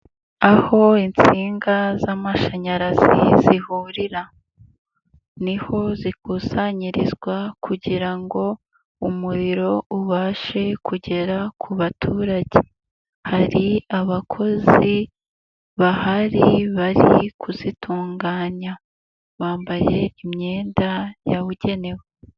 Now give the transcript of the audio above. Aho insinga z'amashanyarazi zihurira. Ni ho zikusanyirizwa kugira ngo umuriro ubashe kugera ku baturage. Hari abakozi bahari bari kuzitunganya. Bambaye imyenda yabugenewe.